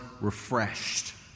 refreshed